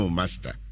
master